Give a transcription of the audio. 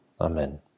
Amen